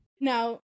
now